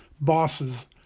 bosses